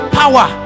power